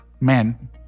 men